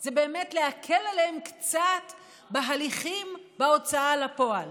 זה באמת להקל עליהם קצת בהליכים בהוצאה לפועל.